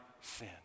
sin